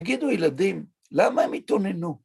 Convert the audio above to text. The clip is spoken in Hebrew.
תגידו, ילדים, למה הם התאוננו?